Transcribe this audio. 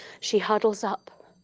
she huddles up.